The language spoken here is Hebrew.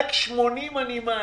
רק 80 אני מעסיק,